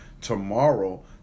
tomorrow